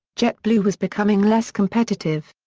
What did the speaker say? jetblue was becoming less competitive.